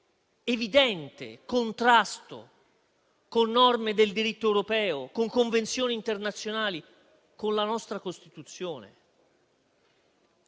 l'evidente contrasto con le norme del diritto europeo, con le convenzioni internazionali e con la nostra Costituzione.